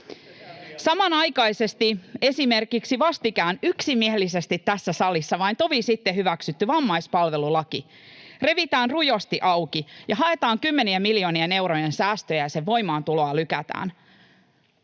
Samanaikaisesti esimerkiksi vastikään yksimielisesti tässä salissa, vain tovi sitten, hyväksytty vammaispalvelulaki revitään rujosti auki ja haetaan kymmenien miljoonien eurojen säästöjä, ja sen voimaantuloa lykätään.